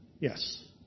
yes